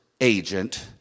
agent